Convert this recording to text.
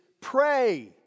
pray